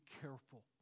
careful